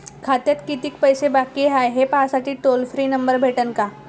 खात्यात कितीकं पैसे बाकी हाय, हे पाहासाठी टोल फ्री नंबर भेटन का?